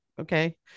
okay